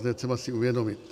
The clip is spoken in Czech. To je třeba si uvědomit.